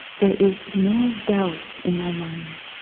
there is no doubt in my mind.